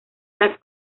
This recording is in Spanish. las